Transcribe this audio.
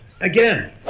Again